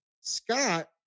Scott